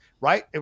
right